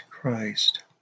Christ